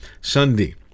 Sunday